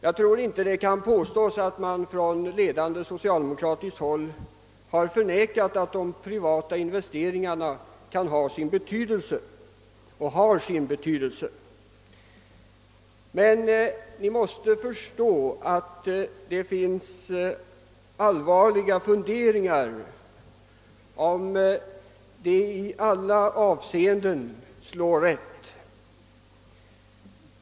Jag tror inte att det kan påstås, att man ifrån ledande socialdemokratiskt håll har förnekat, att de privata investeringarna kan ha och har sin betydelse. Men det hindrar inte att man har anledning att allvarligt fundera över om de i alla avsenden slår rätt.